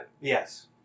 Yes